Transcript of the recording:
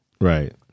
Right